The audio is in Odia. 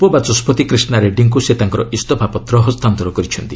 ଉପବାଚସ୍କତି କ୍ରିଷା ରେଡ୍ଭୀଙ୍କୁ ସେ ତାଙ୍କର ଇସ୍ତଫା ପତ୍ର ହସ୍ତାନ୍ତର କରିଛନ୍ତି